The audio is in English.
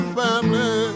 family